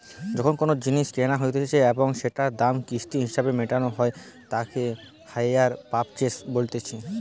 যখন কোনো জিনিস কেনা হতিছে এবং সেটোর দাম কিস্তি হিসেবে মেটানো হই তাকে হাইয়ার পারচেস বলতিছে